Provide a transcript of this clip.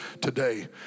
today